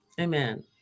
Amen